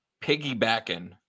piggybacking